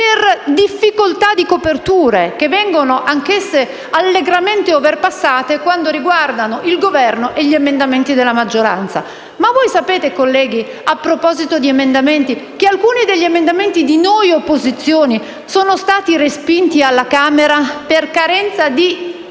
per difficoltà di coperture, che vengono anch'esse allegramente "overpassate" quando riguardano il Governo e gli emendamenti della maggioranza. Ma voi sapete, colleghi, a proposito di emendamenti, che alcuni degli emendamenti di noi delle opposizioni sono stati respinti alla Camera per carenza -